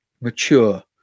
mature